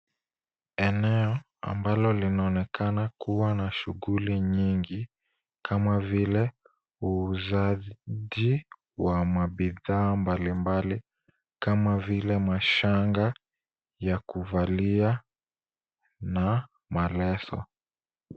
Eneo ambalo linaonekana kuwa na shughuli nyingi kama vile uuzaji wa mabidhaa mbalimbali kama vile mashanga ya kuvalia na maleso.